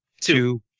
Two